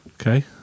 Okay